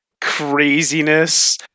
craziness